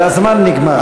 אבל הזמן נגמר.